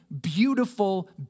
beautiful